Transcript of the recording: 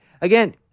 again